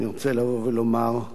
אני רוצה לבוא ולומר: